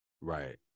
right